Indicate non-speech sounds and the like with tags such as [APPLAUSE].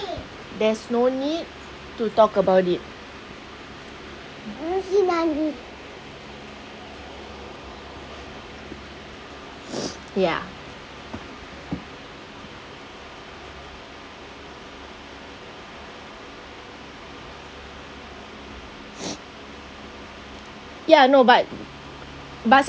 there's no need to talk about it [NOISE] ya [NOISE] ya no but but